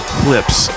clips